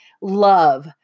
Love